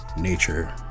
nature